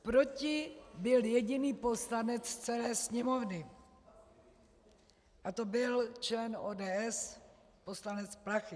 Proti byl jediný poslanec z celé Sněmovny a to byl člen ODS poslanec Plachý.